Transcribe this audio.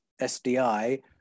SDI